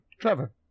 Trevor